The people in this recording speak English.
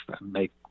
make